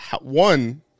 One